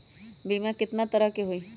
बीमा केतना तरह के होइ?